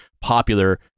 popular